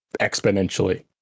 exponentially